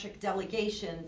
delegation